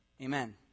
amen